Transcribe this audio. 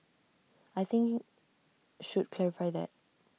I think should clarify that